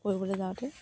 ফুৰিবলৈ যাওঁতে